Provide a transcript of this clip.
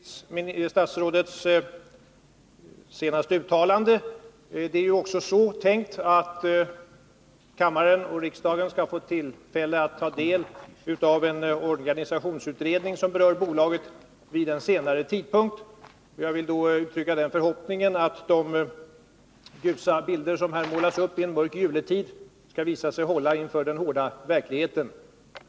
Herr talman! Jag välkomnar naturligtvis statsrådets senaste uttalande. Det är så tänkt att riksdagen skall få tillfälle vid en senare tidpunkt att ta del av en organisationsutredning som berör bolaget. Jag vill uttrycka den förhoppningen att de ljusa bilder som här målas upp i en mörk juletid skall visa sig hålla inför den hårda verkligheten.